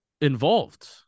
involved –